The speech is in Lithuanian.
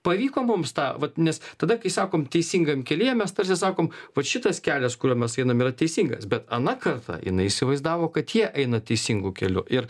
pavyko mums tą vat nes tada kai sakom teisingam kelyje mes tarsi sakom vat šitas kelias kuriuo mes einam yra teisingas bet ana karta jinai įsivaizdavo kad jie eina teisingu keliu ir